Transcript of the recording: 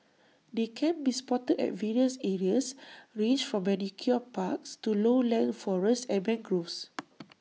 they can be spotted at various areas ranged from manicured parks to lowland forests and mangroves